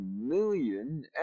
million